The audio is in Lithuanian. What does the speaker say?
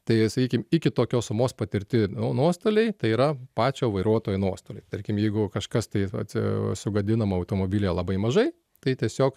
tai sakykim iki tokios sumos patirti nuostoliai tai yra pačio vairuotojo nuostoliai tarkim jeigu kažkas tai ati sugadinama automobilyje labai mažai tai tiesiog